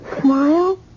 smile